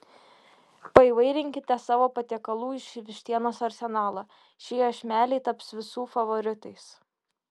paįvairinkite savo patiekalų iš vištienos arsenalą šie iešmeliai taps visų favoritais